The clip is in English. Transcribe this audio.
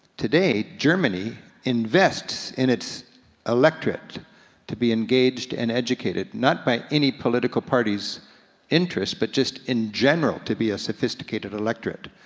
today, germany invests in its electorate to be engaged and educated, not by any political parties' interests but just in general to be a sophisticated electorate.